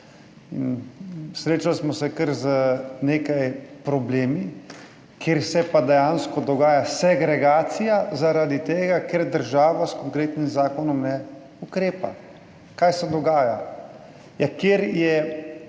Srečali smo se kar z nekaj problemi, kjer se pa dejansko dogaja segregacija, zaradi tega, ker država s konkretnim zakonom ne ukrepa. Kaj se dogaja? Ja, kjer je